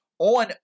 on